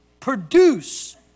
produce